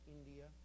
India